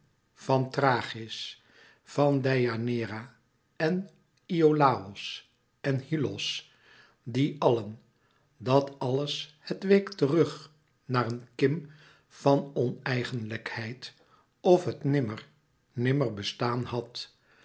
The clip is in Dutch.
van thrachis van deianeira en iolàos en hyllos die allen dat alles het week terug naar een kim van oneigenlijkheid of het nimmer nimmer bestaan had